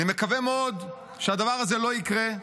אני מקווה מאוד שהדבר הזה לא יקרה.